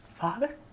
Father